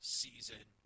season